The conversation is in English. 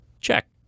Check